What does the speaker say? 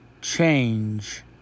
change